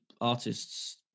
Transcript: artists